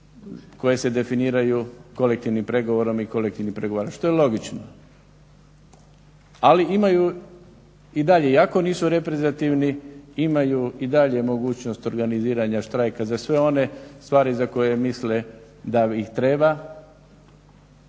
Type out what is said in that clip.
koje se definiraju kolektivnim pregovorom i kolektivnim pregovaranjem što je logično. Ali imaju i dalje iako nisu reprezentativni imaju i dalje mogućnost organiziranja štrajka za sve one stvari za koje misle da ih treba